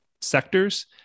sectors